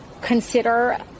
Consider